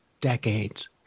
decades